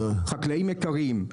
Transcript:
חקלאים יקרים,